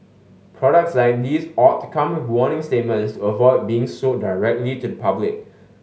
products like these ought to come with warning statements avoid being sold directly to the public